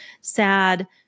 sad